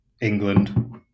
england